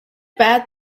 bad